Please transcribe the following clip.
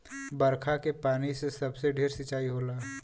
बरखा के पानी से सबसे ढेर सिंचाई होला